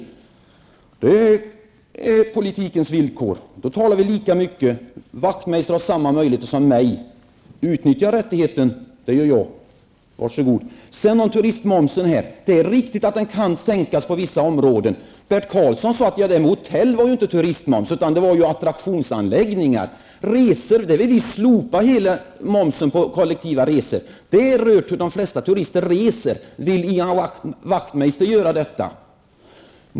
Det är politikens villkor. Vi talar lika länge, och Wachtmeister har samma möjlighet som jag att utnyttja rättigheten att yttra sig. Det gör jag. Varsågod! Sedan till turistmomsen. Det är riktigt att den kan sänkas på vissa områden. Bert Karlsson sade ju att det inte var fråga om turistmomsen för hotell, utan för attraktionsanläggningar. Vi vill slopa momsen för kollektiva resor. De flesta turister reser. Vill Ian Wachtmeister göra detta?